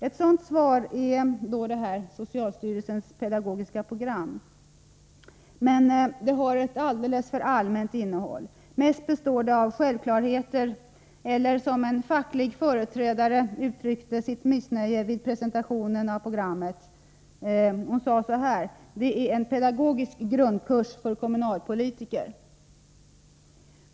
Ett sådant svar är socialstyrelsens pedagogiska program, men det har ett alldeles för allmänt innehåll. Mest består det av självklarheter eller, som en facklig företrädare uttryckte sitt missnöje vid presentationen av programmet: Det är en pedagogisk grundkurs för kommunalpolitiker.